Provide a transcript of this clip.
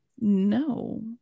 No